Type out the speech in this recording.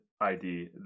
ID